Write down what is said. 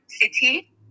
city